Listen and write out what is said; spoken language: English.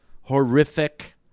horrific